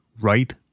right